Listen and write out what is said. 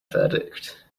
verdict